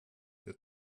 der